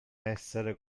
essere